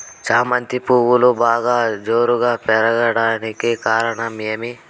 చామంతి పువ్వులు బాగా జోరుగా పెరిగేకి కారణం ఏమి?